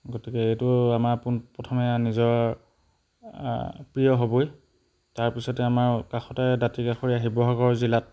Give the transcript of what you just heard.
গতিকে এইটো আমাৰ পোনপ্ৰথমে নিজৰ প্ৰিয় হ'বই তাৰপিছতে আমাৰ কাষতে দাঁতিকাষৰীয়া শিৱসাগৰ জিলাত